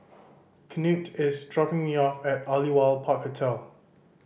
Knute is dropping me off at Aliwal Park Hotel